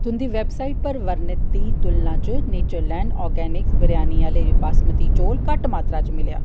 तुं'दी वैबसाइट पर बर्णित दी तुलना च नेचरलैंड ऑर्गेनिक्स बिरयानी आह्ले बासमती चौल घट्ट मात्तरा च मिलेआ